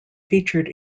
featured